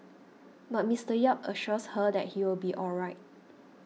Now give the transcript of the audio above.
but Mister Yap assures her that he will be all right